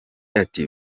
ati